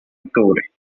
octubre